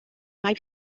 mae